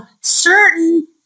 certain